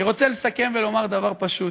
אני רוצה לסכם ולומר דבר פשוט: